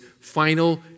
final